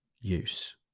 use